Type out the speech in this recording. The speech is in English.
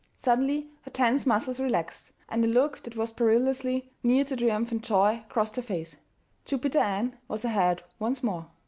suddenly her tense muscles relaxed, and a look that was perilously near to triumphant joy crossed her face jupiter ann was ahead once more!